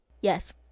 Yes